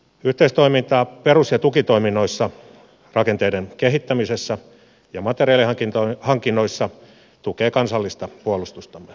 yhteistoiminta perus ja tukitoiminnoissa rakenteiden kehittämisessä ja materiaalihankinnoissa tukee kansallista puolustustamme